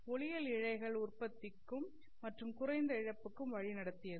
ஒளியியல் இழைகள் உற்பத்திக்கும் மற்றும் குறைந்த இழப்புக்கும் வழி நடத்தியது